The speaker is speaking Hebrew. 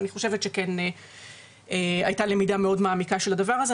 ואני חושבת שכן הייתה למידה מאוד מעמיקה של הדבר הזה,